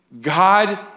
God